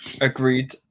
Agreed